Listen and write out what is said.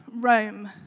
Rome